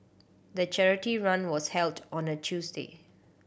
the charity run was held on a Tuesday